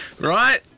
right